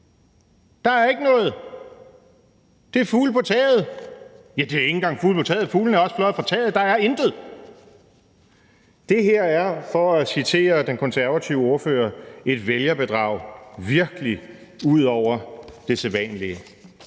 Der er ikke noget – det er fugle på taget! Ja, det er ikke engang fugle på taget – fuglene er også fløjet fra taget! Der er intet! Det her er, for at citere den konservative ordfører, et vælgerbedrag, som virkelig er ud over det sædvanlige.